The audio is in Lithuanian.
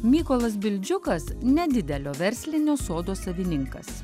mykolas bildžiukas nedidelio verslinio sodo savininkas